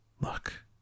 look